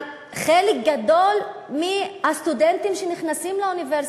ולחלק גדול מהסטודנטים שנכנסים לאוניברסיטה.